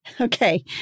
Okay